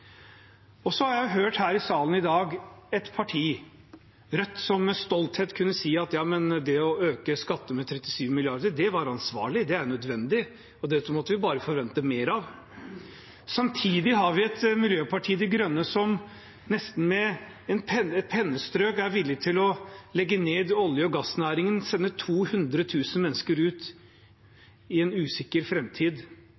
Jeg har hørt her i salen i dag ett parti, Rødt, som med stolthet kunne si at ja, men det å øke skattene med 37 mrd. kr, det er jo ansvarlig, det er jo nødvendig og dette måtte vi bare forvente mer av. Samtidig har vi Miljøpartiet De Grønne, som nesten med et pennestrøk er villig til å legge ned olje- og gassnæringen og sende 200 000 mennesker